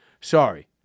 Sorry